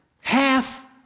half